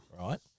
Right